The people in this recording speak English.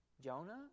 Jonah